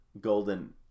golden